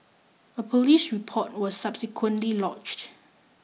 a police report was subsequently lodged